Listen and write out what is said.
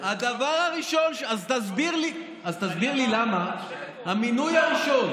אז תסביר לי למה במינוי הראשון,